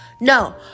No